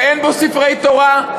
שאין בו ספרי תורה?